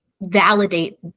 validate